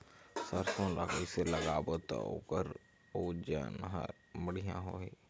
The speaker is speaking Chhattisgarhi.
सरसो ला कइसे लगाबो ता ओकर ओजन हर बेडिया होही?